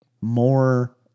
more